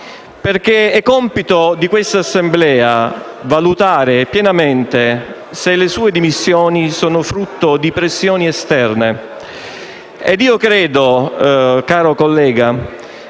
Perché è compito di questa Assemblea valutare pienamente se le sue dimissioni sono frutto di pressioni esterne. Io credo, caro collega,